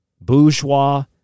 bourgeois